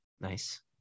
Nice